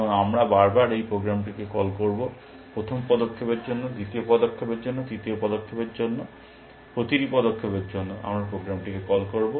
এবং আমরা বারবার এই প্রোগ্রামটিকে কল করব প্রথম পদক্ষেপের জন্য দ্বিতীয় পদক্ষেপের জন্য তৃতীয় পদক্ষেপের জন্য প্রতিটি পদক্ষেপের জন্য আমরা প্রোগ্রামটিকে কল করব